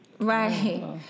Right